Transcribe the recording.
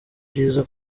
byiza